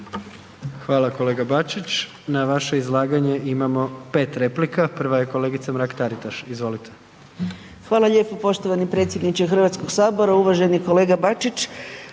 Hvala kolega Bačić. Na vaše izlaganje imamo 5 replika. Prva je kolegica Mrak-Taritaš. **Mrak-Taritaš, Anka (GLAS)** Hvala lijepo poštovani predsjedniče HS-a, uvaženi kolega Bačić.